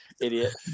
idiot